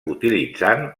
utilitzant